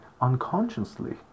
unconsciously